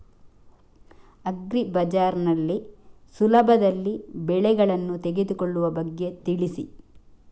agri Bazaar ನಲ್ಲಿ ಸುಲಭದಲ್ಲಿ ಬೆಳೆಗಳನ್ನು ತೆಗೆದುಕೊಳ್ಳುವ ಬಗ್ಗೆ ತಿಳಿಸಿ